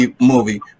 movie